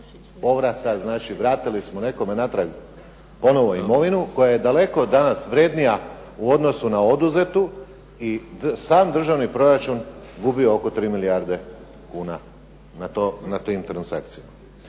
Znači, vratili smo nekome natrag ponovno imovinu koja je daleko danas vrednija u odnosu na oduzetu i sam državni proračun gubi oko 3 milijarde kuna na tim transakcijama.